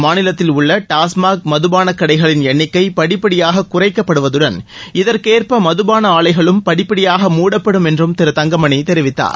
மாநிலத்தில் உள்ள டாஸ்மாக் மதுபானக் கடைகளின் எண்ணிக்கை படிப்படியாகக் குறைக்கப்படுவதுடன் இதற்கேற்ப மதுபான ஆலைகளும் படிப்படியாக மூடப்படும் என்றும் திரு தங்கமணி தெரிவித்தார்